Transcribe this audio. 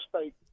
State